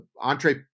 entree